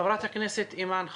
חברת הכנסת אימאן ח'טיב.